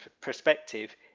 perspective